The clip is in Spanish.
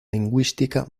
lingüística